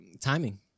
timing